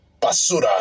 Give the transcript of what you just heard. basura